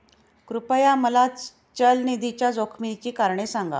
कृपया मला चल निधीच्या जोखमीची कारणे सांगा